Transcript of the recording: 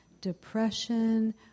depression